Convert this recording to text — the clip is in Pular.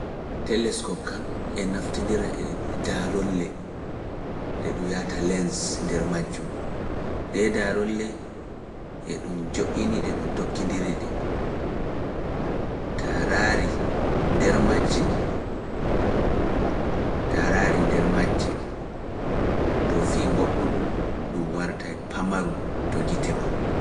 Teleskopi kaan e naftondira e daarolle ɗe ɗum yi’ata lens nder majjum, ɗee daarolle e ɗum joɗini ɗe ɗum tokkondiri ɗe, taa raari nder majje, taa raari nder majje, to fii ngoɗɗuɗum wartay pamarum to gite maa.